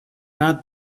not